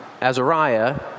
Azariah